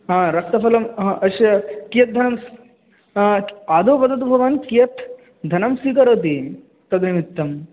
रक्तफलं अस्य कियत् धनम् आदौ वदतु भवान् कियत् धनं स्वीकरोति तद् निमित्तं